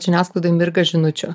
žiniasklaidoj mirga žinučių